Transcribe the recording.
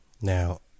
Now